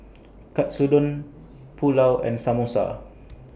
Katsudon Pulao and Samosa